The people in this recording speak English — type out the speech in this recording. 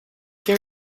care